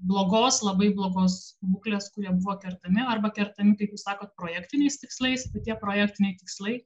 blogos labai blogos būklės kurie buvo kertami arba kertami kaip jūs sakot projektiniais tikslais bet tie projektiniai tikslai